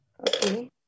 Okay